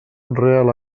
real